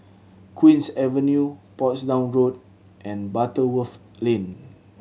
Queen's Avenue Portsdown Road and Butterworth Lane